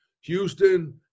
Houston